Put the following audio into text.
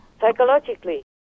Psychologically